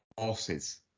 horses